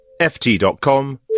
ft.com